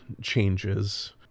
changes